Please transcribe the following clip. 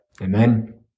Amen